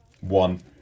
One